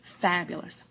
fabulous